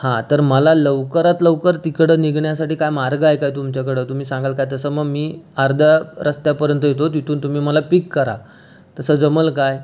हा तर मला लवकरात लवकर तिकडं निघण्यासाठी काय मार्ग आहे काय तुमच्याकडं तुम्ही सांगाल का तसं मग मी अर्ध्या रस्त्यापर्यंत येतो तिथून तुम्ही मला पिक करा तसं जमंल काय